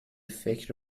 فکر